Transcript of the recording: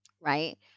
right